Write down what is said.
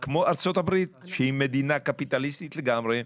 כמו ארצות הברית שהיא מדינה קפיטליסטית לגמרי,